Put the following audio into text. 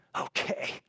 okay